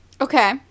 Okay